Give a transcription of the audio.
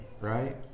Right